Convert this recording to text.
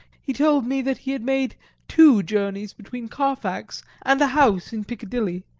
he told me that he had made two journeys between carfax and a house in piccadilly,